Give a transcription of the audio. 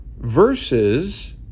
versus